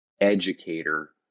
educator